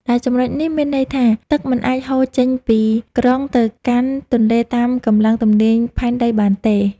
ដែលចំណុចនេះមានន័យថា ទឹកមិនអាចហូរចេញពីក្រុងទៅកាន់ទន្លេតាមកម្លាំងទំនាញផែនដីបានទេ។